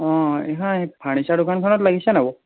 অঁ এই ফাৰ্ণিচাৰ দোকানখনত লাগিছেনে বাৰু